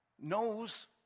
knows